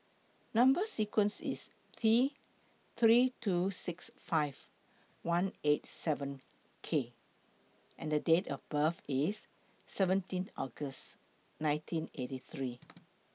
Number sequence IS T three two six five one eight seven K and Date of birth IS seventeen August nineteen eighty three